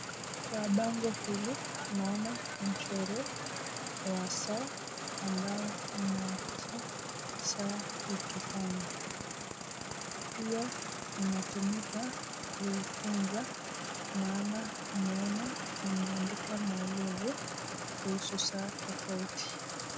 Kwa bango hili tunaona mchoro wa saa ambayo inaonyesha saa ikifanya, pia inatumika kufunza maana mmeona imeandika maelezi kuhusu saa tofauti.